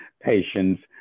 patients